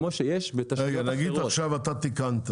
כמו שיש בתאגיד -- נגיד שעכשיו אתה תיקנת